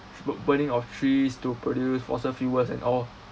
smoke burning of trees to produce fossil fuels and all